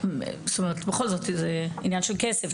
בכל זאת זה עניין של כסף,